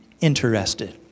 interested